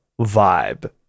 vibe